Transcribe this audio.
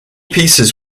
pieces